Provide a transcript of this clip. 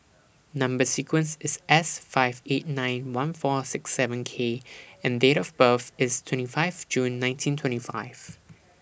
Number sequence IS S five eight nine one four six seven K and Date of birth IS twenty five June nineteen twenty five